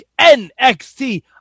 NXT